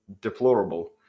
deplorable